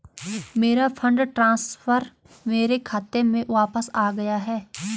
मेरा fund transfer मेरे खाते में वापस आ गया है